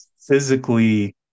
physically